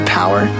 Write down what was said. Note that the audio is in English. power